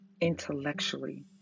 Intellectually